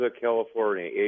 California